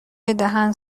دهن